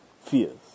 fears